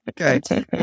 okay